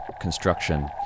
construction